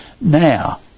Now